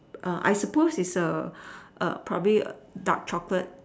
err I suppose is a err probably dark chocolate